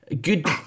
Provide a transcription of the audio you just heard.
good